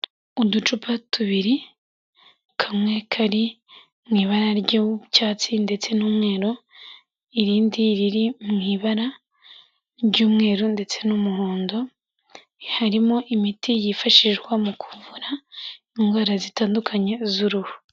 Uducupa tubiri, kamwe kari mu ibara ry'cyatsi ndetse n'umweru irindi riri mu ibara ry'umweru ndetse n'umuhondo harimo imiti yifashishwa mu kuvura indwara zitandukanye z'uruhu.